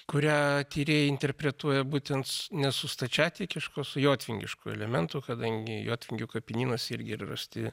kurią tyrėjai interpretuoja būtent ne su stačiatikišku o su jotvingišku element kadangi jotvingių kapinynuose irgi rasti